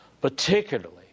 particularly